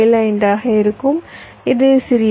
75 ஆக இருக்கும் இது சிறியது